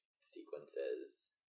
sequences